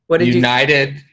United